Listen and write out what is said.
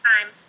time